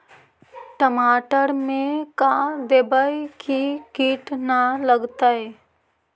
टमाटर में का देबै कि किट न लगतै?